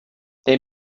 they